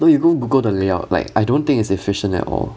no you go google the layout like I don't think it's efficient at all